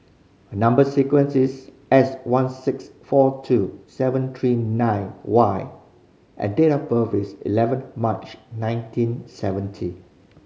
number sequence is S one six four two seven three nine Y and date of birth is eleven March nineteen seventy